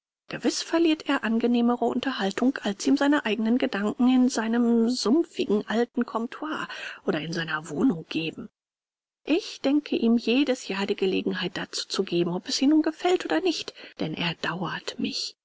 gewiß verliert er angenehmere unterhaltung als ihm seine eigenen gedanken in seinem dumpfigen alten comptoir oder in seiner wohnung geben ich denke ihm jedes jahr die gelegenheit dazu zu geben ob es ihm nun gefällt oder nicht denn er dauert mich